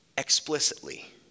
Explicitly